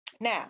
Now